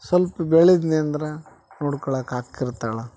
ಸ್ವಲ್ಪ ಬೆಳೆದೀನಿ ಅಂದ್ರೆ ನೋಡ್ಕೊಳಕ್ಕೆ ಅಕ್ಕ ಇರ್ತಾಳೆ